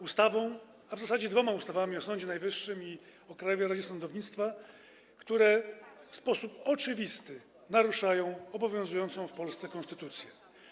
ustawą, a w zasadzie dwiema ustawami: o Sądzie Najwyższym i o Krajowej Radzie Sądownictwa, które w sposób oczywisty naruszają obowiązującą w Polsce konstytucję.